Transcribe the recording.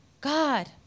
God